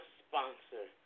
sponsor